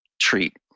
treat